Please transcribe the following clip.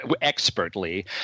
expertly